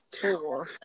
four